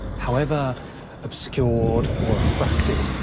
however obscured or refracted,